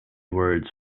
words